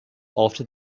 after